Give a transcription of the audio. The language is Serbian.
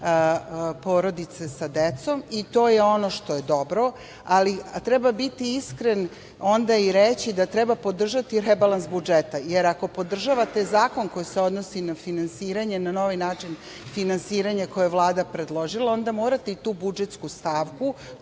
porodice sa decom, i to je ono što je dobro, ali treba biti iskren onda i reći da treba podržati rebalans budžeta, jer ako podržavate zakon koji se odnosi na finansiranje, na novi način finansiranja koji je Vlada predložila, onda morate i tu budžetsku stavku